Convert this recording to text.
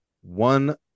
one